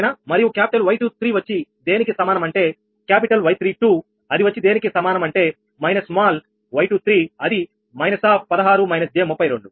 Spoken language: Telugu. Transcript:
మరియు క్యాపిటల్ Y23 వచ్చి దేనికి సమానం అంటే క్యాపిటల్ Y32 అది వచ్చి దేనికి సమానం అంటే మైనస్ స్మాల్ y23 అది −16 − 𝑗32